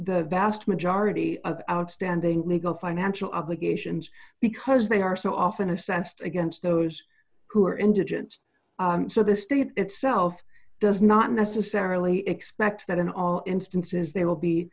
the vast majority of outstanding legal financial obligations because they are so often assessed against those who are indigent so the state itself does not necessarily expect that in all instances they will be